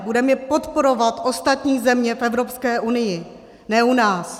Budeme podporovat ostatní země v Evropské unii, ne u nás.